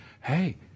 Hey